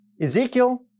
Ezekiel